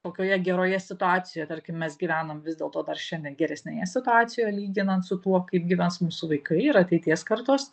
tokioje geroje situacijoje tarkim mes gyvenam vis dėlto dar šiandien geresnėje situacijoj lyginant su tuo kaip gyvens mūsų vaikai ir ateities kartos